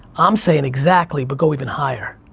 i'm saying, exactly but go even higher.